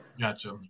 gotcha